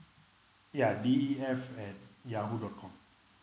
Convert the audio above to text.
ya D E F at yahoo dot com